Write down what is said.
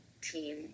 team